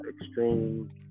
extreme